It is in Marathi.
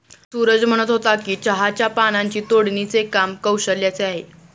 सूरज म्हणत होता की चहाच्या पानांची तोडणीचे काम कौशल्याचे आहे